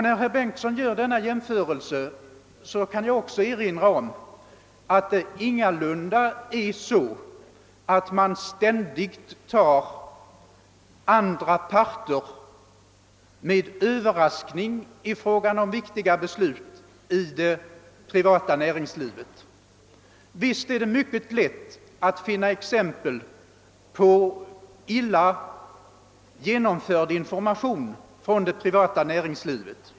När herr Bengtsson gör denna jämförelse kan jag också erinra om att det ingalunda är så att man i det privata näringslivet ständigt tar andra parter med överraskning i fråga om viktiga beslut. Visst är det mycket lätt att finna exempel på illa genomförd information från det privata näringslivet.